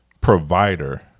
provider